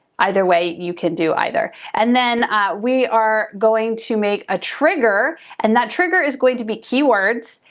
either way you can do either. and then we are going to make a trigger and that trigger is going to be keywords,